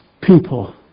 people